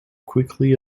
quickly